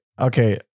okay